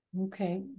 Okay